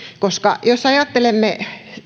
sillä jos ajattelemme